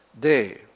day